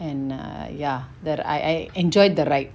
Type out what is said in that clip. and err ya the I I enjoy the ride